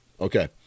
Okay